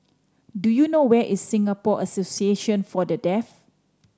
do you know where is Singapore Association For The Deaf